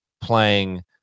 playing